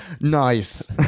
Nice